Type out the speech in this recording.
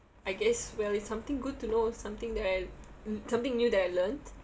I guess well it's something good to know something that something new that I learnt